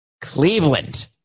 Cleveland